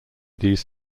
these